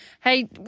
Hey